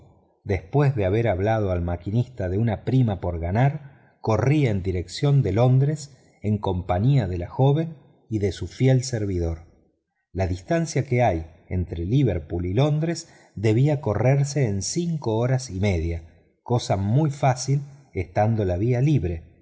después de haber hablado al maquinista de una prima por ganar corría en dirección a londres en compañía de la joven y de su fiel servidor la distancia que hay entre liverpool y londres debía correrse en cinco horas y media cosa muy fácil estando la vía libre